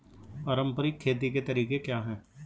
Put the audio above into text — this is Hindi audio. पारंपरिक खेती के तरीके क्या हैं?